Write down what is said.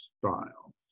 style